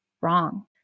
wrong